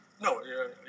no